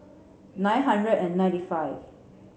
nine hundred and ninety five